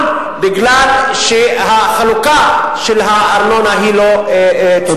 כי החלוקה של הארנונה היא לא צודקת.